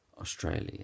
Australia